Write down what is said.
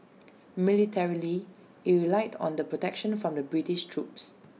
militarily IT relied on the protection from the British troops